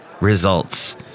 results